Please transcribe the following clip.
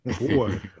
Boy